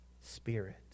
spirit